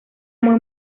muy